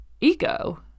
ego